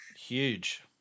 Huge